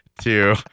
two